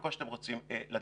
וכל מה שאתם רוצים לדעת.